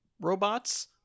robots